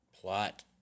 plot